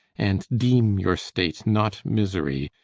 and deem your state not misery,